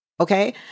Okay